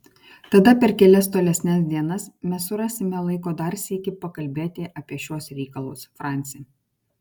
tada per kelias tolesnes dienas mes surasime laiko dar sykį pakalbėti apie šiuos reikalus franci